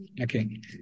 Okay